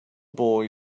boy